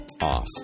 off